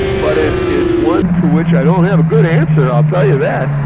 but it's it's one to which i don't have a good answer, i'll tell you that.